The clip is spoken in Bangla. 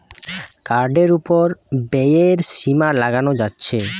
কার্ডের উপর ব্যয়ের সীমা লাগানো যাচ্ছে